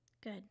Good